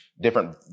different